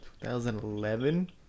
2011